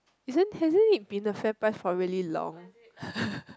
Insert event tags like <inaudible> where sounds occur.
isn't hasn't it been a Fairprice for really long <laughs>